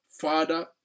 Father